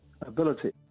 ability